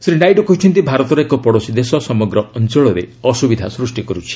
ଶ୍ରୀ ନାଇଡ଼ୁ କହିଛନ୍ତି ଭାରତର ଏକ ପଡୋଶୀ ଦେଶ ସମଗ୍ର ଅଞ୍ଚଳରେ ଅସୁବିଧା ସୃଷ୍ଟି କରୁଛି